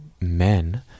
men